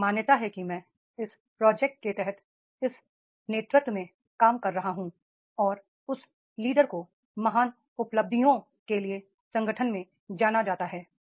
यह मान्यता है कि मैं इस प्रोजेक्ट्स के तहत इस नेतृत्व में काम कर रहा हूं और उस लीडर को महान उपलब्धियों के लिए संगठन में जाना जाता है